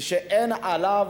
שאין עליו,